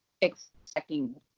expecting